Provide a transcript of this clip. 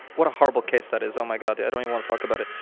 what a horrible case that is. oh my god, i don't want to talk about it.